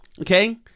okay